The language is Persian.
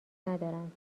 ندارند